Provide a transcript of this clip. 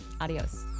adios